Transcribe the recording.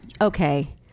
okay